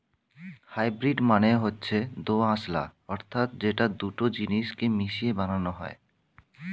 hybrid মানে হচ্ছে দোআঁশলা অর্থাৎ যেটা দুটো জিনিস কে মিশিয়ে বানানো হয়